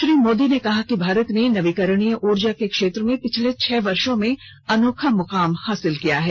श्री मोदी ने कहा कि भारत ने नवीकरणीय ऊर्जा के क्षेत्र में पिछले छह वर्षो में अनोखा मुकाम हासिल किया है